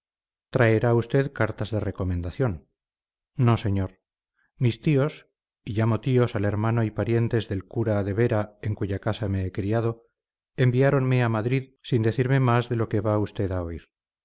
traerá usted cartas de recomendación no señor mis tíos y llamo tíos al hermano y parientes del cura de vera en cuya casa me he criado enviáronme a madrid sin decirme más que lo que va usted a